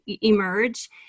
emerge